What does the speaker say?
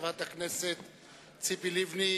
חברת הכנסת ציפי לבני.